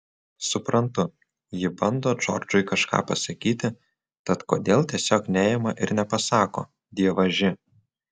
suprantu ji bando džordžui kažką pasakyti tad kodėl tiesiog neima ir nepasako dievaži